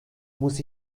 muss